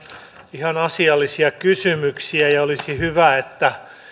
ihan asiallisia kysymyksiä ja olisi hyvä että